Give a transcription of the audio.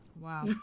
Wow